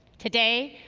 today,